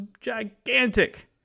gigantic